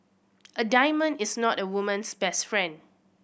a diamond is not a woman's best friend